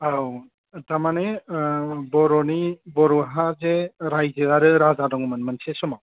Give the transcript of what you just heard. औ तारमाने आं बर'नि बर'हाजे रायजो आरो राजा दङमोन मोनसे समाव